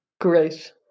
Great